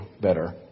better